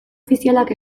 ofizialak